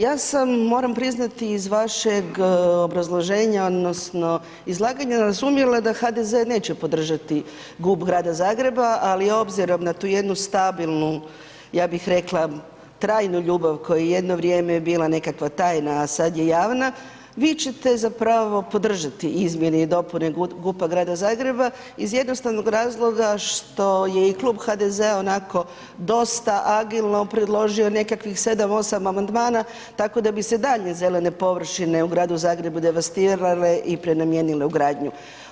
Ja sam moram priznati iz vašeg obrazloženja odnosno izlaganja razumjela da HDZ neće podržati GUP Grada Zagreba, ali obzirom na tu jednu stabilnu, ja bih rekla trajnu ljubav koja jedno vrijeme bila nekakva tajna, a sada je javna, vi ćete zapravo podržati izmjene i dopune GUP-a Grada Zagreba iz jednostavnog razloga što je i klub HDZ-a onako dosta agilno predložio nekakvih sedam, osam amandmana tako da bi se i dalje zelene površine u Gradu Zagrebu devastirale i prenamijenile u gradnju.